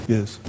Yes